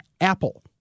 apple